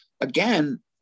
again